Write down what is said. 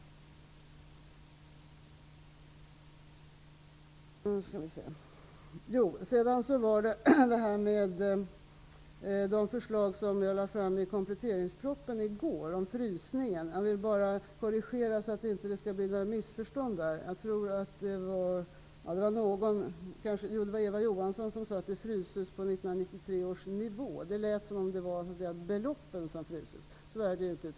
När det gäller det förslag om frysning som jag lade fram i kompletteringspropositionen i går, vill jag bara göra en korrigering så att det inte blir några missförstånd. Eva Johansson sade att det fryses på 1993 års nivå, och det lät som om det var beloppen som skulle frysas. Så är det inte.